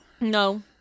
no